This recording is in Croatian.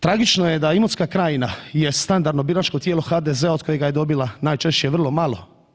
Tragično je da Imotska krajina je standardno biračko tijelo HDZ-a otkad ga je dobila najčešće vrlo malo.